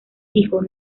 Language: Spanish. dijo